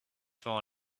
morning